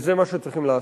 וזה מה שצריכים לעשות: